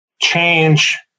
change